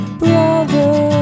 brother